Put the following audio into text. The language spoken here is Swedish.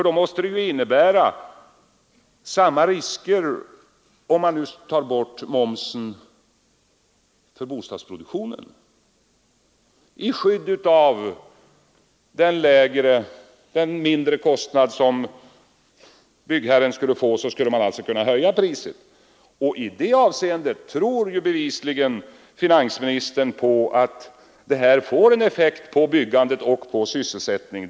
Det skulle innebära — om man nu tar bort momsen — samma risker för bostadsproduktionen. I skydd av den lägre kostnad som byggherren skulle få skulle man alltså kunna höja priset, och i det avseendet tror finansministern bevisligen att det skulle få en effekt på byggandet och på syselsättningen.